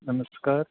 नमस्कार